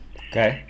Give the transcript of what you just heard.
okay